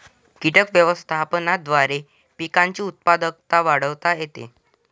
कीटक व्यवस्थापनाद्वारे पिकांची उत्पादकता वाढवता येते